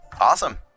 Awesome